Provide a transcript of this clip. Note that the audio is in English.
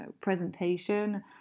presentation